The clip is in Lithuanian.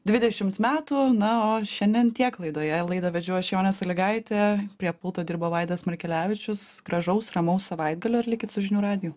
dvidešimt metų na o šiandien tiek laidoje laidą vedžiau aš jonė sąlygaitė prie pulto dirbo vaidas markelevičius gražaus ramaus savaitgalio ir likit su žinių radiju